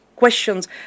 questions